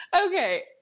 Okay